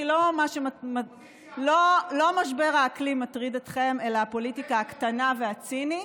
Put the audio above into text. כי לא משבר האקלים מטריד אתכם אלא הפוליטיקה הקטנה והצינית.